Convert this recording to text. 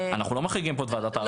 אנחנו לא מחריגים פה את ועדת הערר.